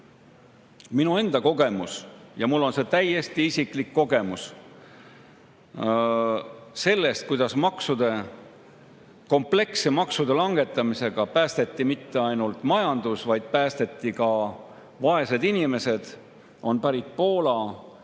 Minu enda kogemus – ja mul on see täiesti isiklik kogemus – sellest, kuidas kompleksse maksude langetamisega ei päästetud mitte ainult majandust, vaid päästeti ka vaesed inimesed, on pärit